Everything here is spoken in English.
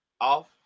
off